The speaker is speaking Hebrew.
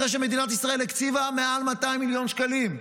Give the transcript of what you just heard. אחרי שמדינת ישראל הקציבה מעל 200 מיליון שקלים?